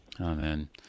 Amen